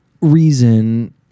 reason